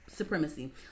supremacy